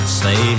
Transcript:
say